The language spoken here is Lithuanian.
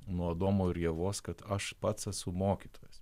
nuo adomo ir ievos kad aš pats esu mokytojas